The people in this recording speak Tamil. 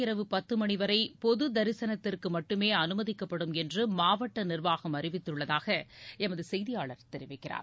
இரவு பத்து மணி வரை பொது தரிசனத்திற்கு மட்டுமே அனுமதிக்கப்படும் என்று மாவட்ட நிர்வாகம் அறிவித்துள்ளதாக எமது செய்தியாளர் தெரிவிக்கிறார்